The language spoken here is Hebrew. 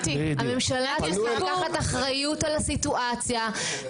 הממשלה תצטרך לקחת אחריות על הסיטואציה,